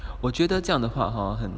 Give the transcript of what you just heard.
我觉得这样的话 hor 很